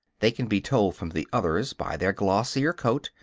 they can be told from the others by their glossier coat,